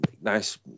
nice